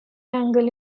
angle